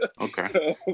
Okay